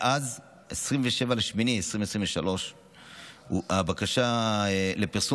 מאז 27 באוגוסט 2023 הבקשה לפרסום